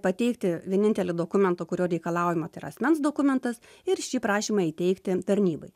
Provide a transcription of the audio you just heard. pateikti vienintelį dokumentą kurio reikalaujama tai yra asmens dokumentas ir šį prašymą įteikti tarnybai